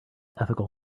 ethical